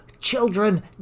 children